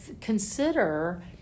consider